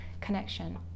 connection